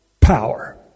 power